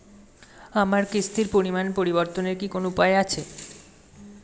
আমার কিস্তির পরিমাণ পরিবর্তনের কি কোনো উপায় আছে?